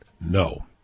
No